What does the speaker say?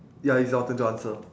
ya it's your turn to answer